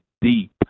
deep